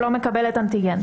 שלא מקבלת אנטיגן.